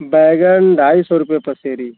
बैंगन ढाई सौ रुपये पसेरी है